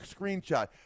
screenshot